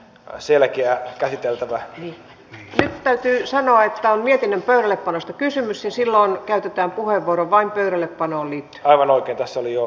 silkkiä käsiteltävä niin täytyy sanoa että niiden ympärille paljosta kysymys ei silloin käytetään puheenvuoron vain pöydällepano aivan oikein keskustelu päättyi